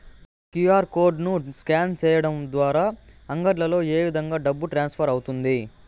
QR code ను scan సేయడం ద్వారా అంగడ్లలో ఏ విధంగా డబ్బు ట్రాన్స్ఫర్ అవుతుంది